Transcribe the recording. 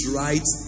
right